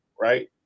right